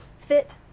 fit